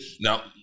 now